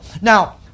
Now